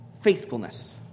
faithfulness